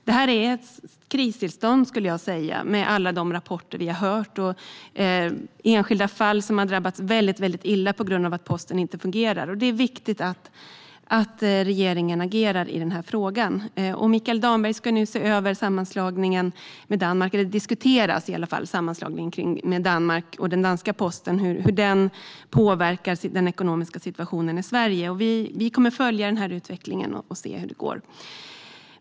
Det rör sig om ett kristillstånd, skulle jag vilja säga, med alla rapporter vi har hört och enskilda som drabbats väldigt hårt på grund av att posten inte fungerar. Det är viktigt att regeringen agerar i denna fråga, och Mikael Damberg ska nu diskutera sammanslagningen med Danmark och den danska posten och hur den påverkar den ekonomiska situationen i Sverige. Vi kommer att följa denna utveckling och får se hur det går.